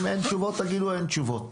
אם אין תשובות, תגידו אין תשובות.